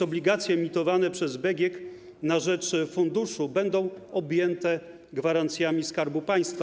Obligacje emitowane przez BGK na rzecz funduszu będą objęte gwarancjami Skarbu Państwa.